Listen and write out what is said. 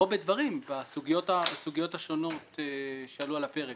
לבוא בדברים בסוגיות השונות שעלו על הפרק.